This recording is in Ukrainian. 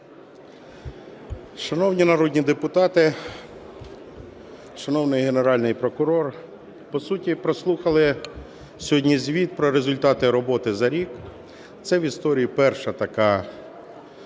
Шановні народні депутати, шановний Генеральний прокурор! По суті, прослухали сьогодні звіт про результати роботи за рік. Це в історії перша така